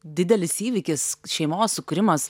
didelis įvykis šeimos sukūrimas